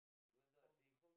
even though I staying